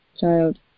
child